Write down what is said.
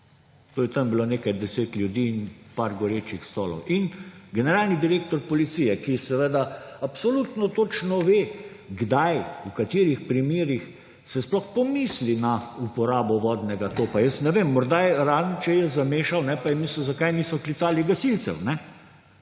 To je tam bilo nekaj deset ljudi in par gorečih stolov. Generalni direktor policije, ki seveda absolutno točno ve, kdaj, v katerih primerih se sploh pomisli na uporabo vodnega topa! Jaz ne vem, razen če je zamešal, pa je mislil, zakaj niso klicali gasilcev,